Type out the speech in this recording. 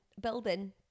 building